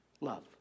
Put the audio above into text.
love